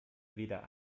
weder